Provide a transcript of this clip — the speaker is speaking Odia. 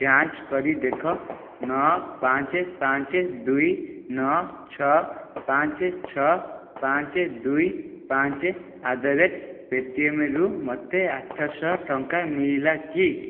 ଯାଞ୍ଚ କରି ଦେଖ ନଅ ପାଞ୍ଚ ପାଞ୍ଚ ଦୁଇ ନଅ ଛଅ ପାଞ୍ଚ ଛଅ ପାଞ୍ଚ ଦୁଇ ପାଞ୍ଚ ଆଟ୍ ଦ ରେଟ୍ ପେଟିଏମରୁ ମୋତେ ଆଠ ଶହ ଟଙ୍କା ମିଳିଲା କି